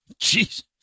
Jeez